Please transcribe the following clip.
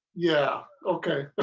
yeah okay